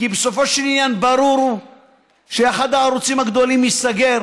כי בסופו של עניין ברור שאחד הערוצים הגדולים ייסגר